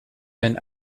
been